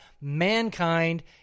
mankind